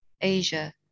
Asia